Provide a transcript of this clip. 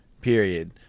Period